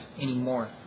anymore